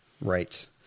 Right